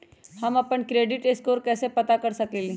हम अपन credit score कैसे पता कर सकेली?